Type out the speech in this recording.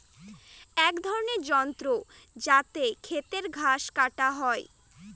এক রকমের যন্ত্র যাতে খেতের ঘাস ছাটা হয়